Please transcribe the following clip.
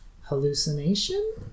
hallucination